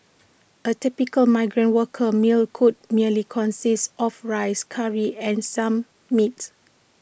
A typical migrant worker meal could merely consist of rice Curry and some meat